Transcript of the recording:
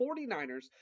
49ers